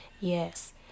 yes